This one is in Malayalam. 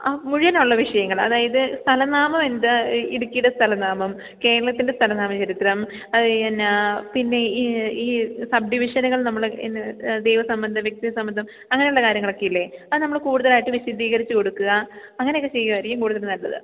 ആ മുഴുവനുള്ള വിഷയങ്ങൾ അതായത് സ്ഥലനാമം എന്ത് ഇടുക്കിയുടെ സ്ഥലനാമം കേരളത്തിന്റെ സ്ഥലനാമ ചരിത്രം എന്നാ പിന്നെ ഈ ഈ സബ്ഡിവിഷനുകള് നമ്മൾ ദൈവസംബന്ധം വ്യക്തിസംബന്ധം അങ്ങനെയുള്ള കാര്യങ്ങളക്കെ ഇല്ലേ അത് നമ്മൾ കൂടുതലായിട്ട് വിശദീകരിച്ച് കൊടുക്കുക അങ്ങനെയൊക്കെ ചെയ്യുകയായിരിക്കും കൂടുതൽ നല്ലത്